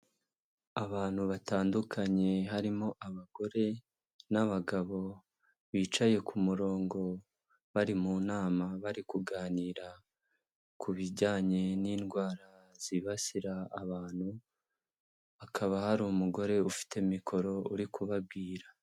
Abantu batandukanye harimo abagore n'abagabo, bicaye ku murongo bari mu nama, bari kuganira ku bijyanye n'indwara zibasira abantu, hakaba hari umugore ufite mikoro, uri kubabwira.